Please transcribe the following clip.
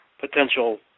potential